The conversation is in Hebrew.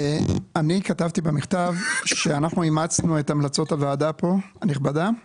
אני כתבתי במכתב שאנחנו אימצנו את המלצות הוועדה הנכבדה פה